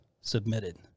submitted